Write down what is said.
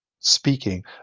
speaking